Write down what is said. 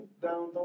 Down